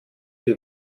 die